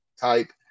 type